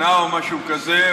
שנה או משהו כזה,